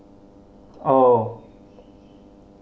oh